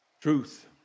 Truth